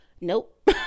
nope